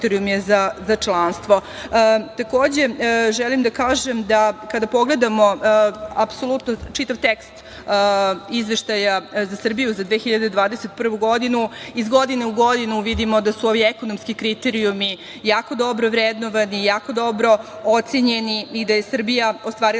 za članstvo. Takođe, želim da kažem da kada pogledamo čitav tekst Izveštaja za Srbiju za 2021. godinu, iz godine u godinu vidimo da su ovi ekonomski kriterijumi jako dobro vrednovani, jako dobro ocenjeni i da je Srbija ostvarila